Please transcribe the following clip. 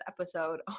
episode